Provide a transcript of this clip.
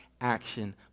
action